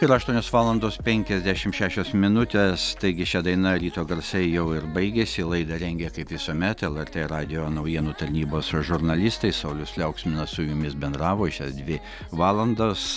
yra aštuonios valandos penkiasdešim šešios minutės taigi šia daina ryto garsai jau ir baigėsi laidą rengė kaip visuomet lrt radijo naujienų tarnybos žurnalistai saulius liauksminas su jumis bendravo šias dvi valandas